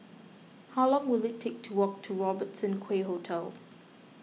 how long will it take to walk to Robertson Quay Hotel